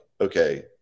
okay